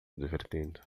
divertindo